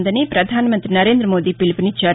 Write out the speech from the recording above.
ఉందని ప్రధానమంతి నరేందమోదీ పిలుపునిచ్చారు